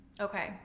Okay